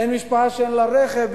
אין משפחה שאין לה רכב,